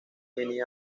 mini